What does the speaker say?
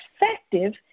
effective